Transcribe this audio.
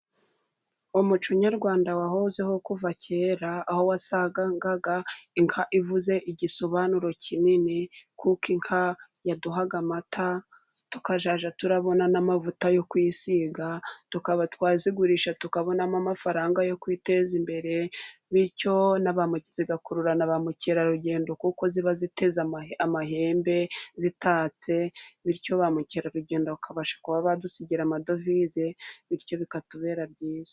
Umuco nyarwanda wahozeho kuva kera, aho wasangaga inka ivuze igisobanuro kinini, kuko inka yaduhaga amata tukazajya tubona n'amavuta yo kwiisiga. Tukaba twazigurisha tukabonamo amafaranga yo kwiteza imbere ,bityo zigakurura na ba mukerarugendo, kuko ziba ziteze amahembe, zitatse. Bityo ba mukerarugendo bakabasha kuba badusigira amadovize, bityo bikatubera byiza.